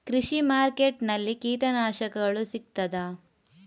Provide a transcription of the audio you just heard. ಕೃಷಿಮಾರ್ಕೆಟ್ ನಲ್ಲಿ ಕೀಟನಾಶಕಗಳು ಸಿಗ್ತದಾ?